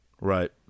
Right